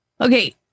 Okay